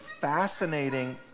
fascinating